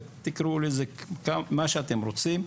תקראו לזה איך שאתם רוצים,